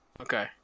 Okay